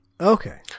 Okay